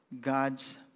God's